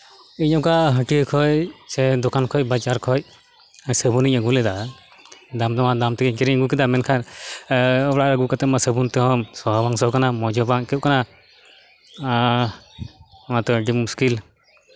ᱤᱧ ᱚᱝᱠᱟ ᱦᱟᱹᱴᱭᱟᱹ ᱠᱷᱚᱡ ᱥᱮ ᱫᱚᱠᱟᱱ ᱠᱷᱚᱡ ᱵᱟᱡᱟᱨ ᱠᱷᱚᱡ ᱥᱟᱵᱚᱱᱤᱧ ᱟᱜᱩ ᱞᱮᱫᱟ ᱫᱟᱢ ᱱᱚᱣᱟ ᱫᱟᱢ ᱛᱮᱜᱤᱧ ᱠᱤᱨᱤᱧ ᱟᱜᱩ ᱠᱮᱫᱟ ᱢᱮᱱᱠᱷᱟᱱ ᱚᱲᱟᱜ ᱨᱮ ᱟᱜᱩ ᱠᱟᱛᱮᱫ ᱚᱱᱟ ᱥᱟᱵᱚᱱ ᱛᱮᱦᱚᱸ ᱥᱚ ᱦᱚᱸ ᱵᱟᱝ ᱥᱚ ᱠᱟᱱᱟ ᱢᱚᱡᱽ ᱦᱚᱸ ᱵᱟᱝ ᱟᱹᱭᱠᱟᱹᱜ ᱠᱟᱱᱟ ᱟᱨ ᱚᱱᱟ ᱛᱮ ᱟᱹᱰᱤ ᱢᱩᱥᱠᱤᱞ